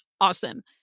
awesome